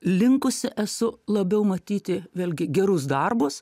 linkusi esu labiau matyti vėlgi gerus darbus